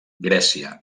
grècia